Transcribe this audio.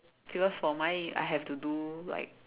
because for mine I have to do like